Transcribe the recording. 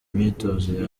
imyitozo